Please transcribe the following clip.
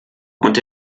und